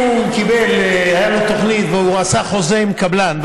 אם הייתה לו תוכנית והוא עשה חוזה עם קבלן,